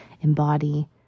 embody